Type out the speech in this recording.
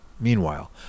Meanwhile